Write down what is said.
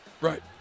Right